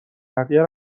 بقیه